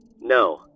No